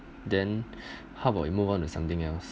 then how about we move on to something else